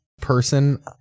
person